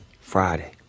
friday